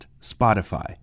Spotify